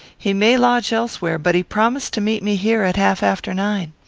he may lodge elsewhere, but he promised to meet me here at half after nine.